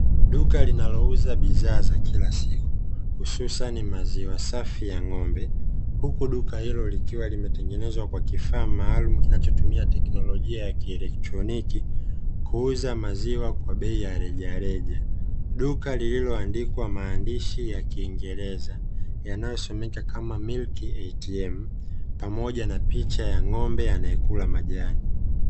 Duka linalouza bidhaa za kila siku hususa ni maziwa safi ya ng'ombe, huku duka hilo likiwa limetengenezwa kwa kifaa maalumu kinachotumia teknolojia ya kielektroniki kuuza maziwa kwa bei ya rejareja; duka lililoandikwa maandishi ya kiingereza yanayosomeka kama "MILIKI EITIEM" pamoja na picha ya ng'ombe anayekula majani.